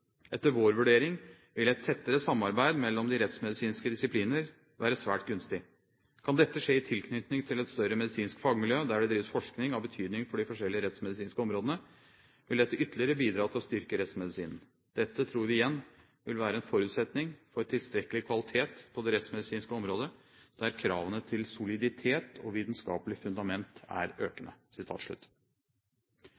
vår vurdering vil et tettere samarbeid mellom de rettsmedisinske disipliner være svært gunstig. Kan dette skje i tilknytning til et større medisinsk fagmiljø der det drives forskning av betydning for de forskjellige rettsmedisinske områder, vil dette ytterligere bidra til å oppretholde, samt styrke rettsmedisinen. Dette tror vi igjen vil være en forutsetning for tilstrekkelig kvalitet på det rettsmedisinske området der kravene til soliditet og vitenskapelig fundament er